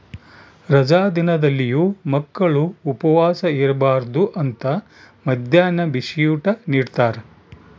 ರಜಾ ದಿನದಲ್ಲಿಯೂ ಮಕ್ಕಳು ಉಪವಾಸ ಇರಬಾರ್ದು ಅಂತ ಮದ್ಯಾಹ್ನ ಬಿಸಿಯೂಟ ನಿಡ್ತಾರ